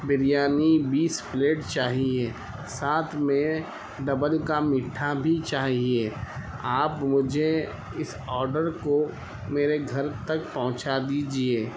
بریانی بیس پلیٹ چاہیے ساتھ میں ڈبل کا مٹھا بھی چاہیے آپ مجھے اس آڈر کو میرے گھر تک پہنچا دیجیے